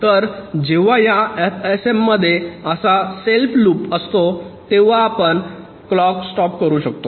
तर जेव्हा या एफएसएम मध्ये असा सेल्फ लूप असतो तेव्हा आपण क्लॉक स्टॉप करू शकतो